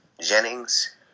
Jennings